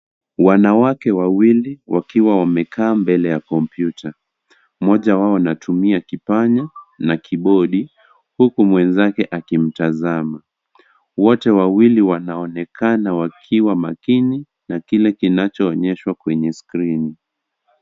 Wanawake wawili wakiwa wamekaa mbele ya komputa, mmoja wao anatumia kipanya na kibodi huku mwenzake akimtazama, wote wawili wanaonekana wakiwa makini na kile kinachoonyeshwa kwenye screen .